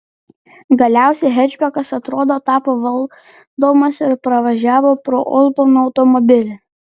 galiausiai hečbekas atrodo tapo valdomas ir pravažiavo pro osborno automobilį